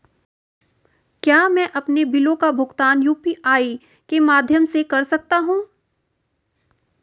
क्या मैं अपने बिलों का भुगतान यू.पी.आई के माध्यम से कर सकता हूँ?